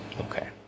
Okay